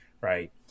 Right